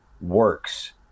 works